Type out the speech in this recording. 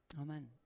Amen